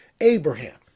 Abraham